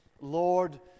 Lord